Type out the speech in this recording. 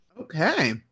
okay